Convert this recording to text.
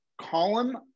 Column